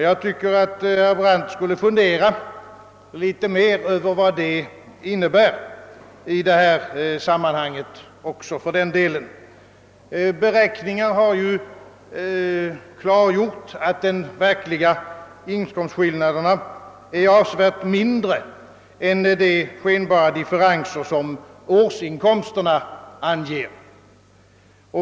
Jag tycker, att herr Brandt borde fundera litet mera över vad det innebär också i detta sammanhang. Beräkningar har klargjort, att den verkliga inkomstskillnaden är avsevärt mindre än de skenbara differenser som årsinkomsten anger.